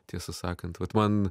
tiesą sakant vat man